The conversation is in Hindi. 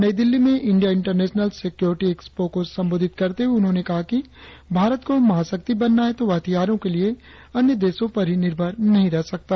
नई दिल्ली में इंडिया इंटरनेशनल सिक्योरिटी एक्सपो को संबोधित करते हुए उन्होंने कहा कि भारत को महाशक्ति बनना है तो वह हथियारों के लिए अन्य देशों पर ही निर्भर नहीं रह सकता